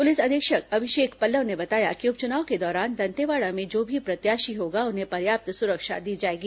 police अधीक्षक अभिषेक पल्लव ने बताया कि उपचुनाव के दौरान दंतेवाड़ा में जो भी प्रत्याशी होगा उन्हें पर्याप्त सुरक्षा दी जाएगी